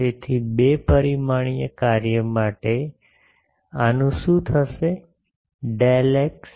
તેથી બે પરિમાણીય કાર્ય માટે આનું શું થશે ડેલ એક્સ